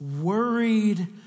worried